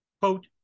Quote